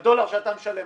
על דולר שאתה משלם,